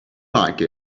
like